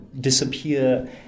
disappear